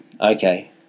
Okay